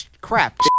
crap